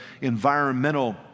environmental